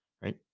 right